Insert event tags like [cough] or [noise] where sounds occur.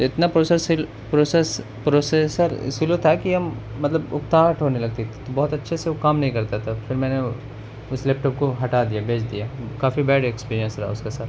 تو اتنا process [unintelligible] processes processor slow تھا کہ ہم مطلب اکتاہٹ ہونے لگتی تھی تو بہت اچھے سے وہ کام نہیں کرتا تھا پھر میں نے اس لیپٹاپ کو ہٹا دیا بیچ دیا کافی بیڈ ایکسپریئنس رہا اس کے ساتھ